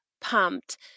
pumped